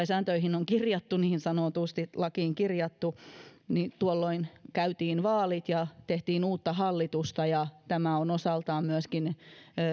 sääntöihin on kirjattu niin sanotusti lakiin kirjattu niin tuolloin käytiin vaalit ja tehtiin uutta hallitusta ja tämä on osaltaan myöskin